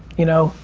you know,